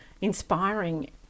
inspiring